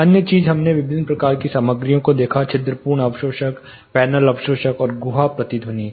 अन्य चीज हमने विभिन्न प्रकार की सामग्रियों को देखा छिद्रपूर्ण अवशोषक पैनल अवशोषक और गुहा प्रतिध्वनि